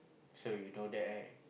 so you know that right